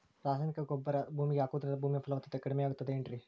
ರಾಸಾಯನಿಕ ಗೊಬ್ಬರ ಭೂಮಿಗೆ ಹಾಕುವುದರಿಂದ ಭೂಮಿಯ ಫಲವತ್ತತೆ ಕಡಿಮೆಯಾಗುತ್ತದೆ ಏನ್ರಿ?